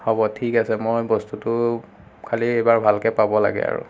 হ'ব ঠিক আছে মই বস্তুটো খালী এইবাৰ ভালকে পাব লাগে আৰু